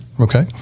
Okay